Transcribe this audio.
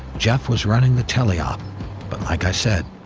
jeff was running the tele op, but like i said,